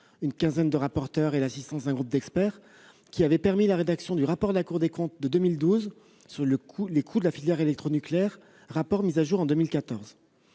une quinzaine de rapporteurs et l'assistance d'un groupe d'experts -à la rédaction du rapport de la Cour des comptes de 2012 sur les coûts de la filière électronucléaire, un rapport mis à jour en 2014.